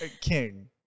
king